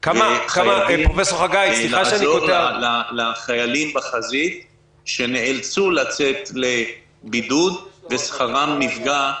לעזור לחיילים בחזית שנאלצו לצאת לבידוד ושכרם נפגע,